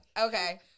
Okay